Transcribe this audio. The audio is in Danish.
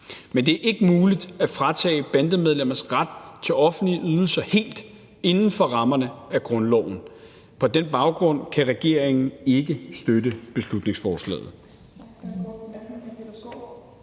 Men det er ikke muligt helt at fratage bandemedlemmer deres ret til offentlige ydelser inden for rammerne af grundloven. På den baggrund kan regeringen ikke støtte beslutningsforslaget.